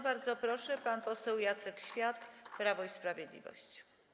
Bardzo proszę, pan poseł Jacek Świat, Prawo i Sprawiedliwość.